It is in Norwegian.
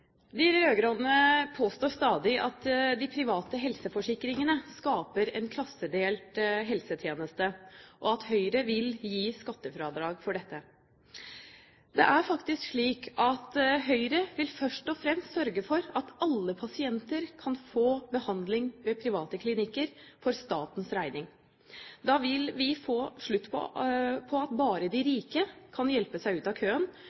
De rød-grønne påstår stadig at de private helseforsikringene skaper en klassedelt helsetjeneste, og at Høyre vil gi skattefradrag for dette. Høyre vil først og fremst sørge for at alle pasienter kan få behandling ved private klinikker for statens regning. Da vil vi få slutt på at bare de rike kan hjelpe seg ut av køen,